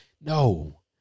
No